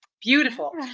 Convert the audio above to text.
Beautiful